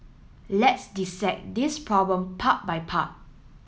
let's dissect this problem part by part